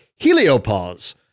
heliopause